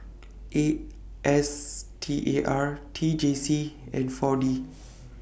A S T A R T J C and four D